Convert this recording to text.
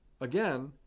Again